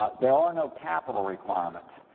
ah there are no capital requirements.